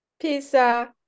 Pizza